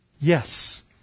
Yes